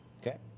Okay